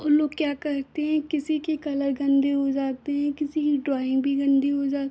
वह लोग क्या करते हैं किसी के कलर गंदे हो जाते हैं किसी की ड्राइंग भी गंदी हो जाती है